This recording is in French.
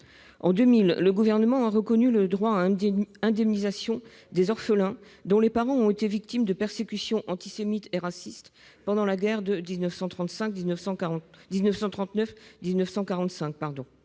En 2000, le Gouvernement a reconnu le droit à indemnisation des orphelins dont les parents ont été victimes de persécutions antisémites et racistes pendant cette guerre.